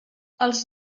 els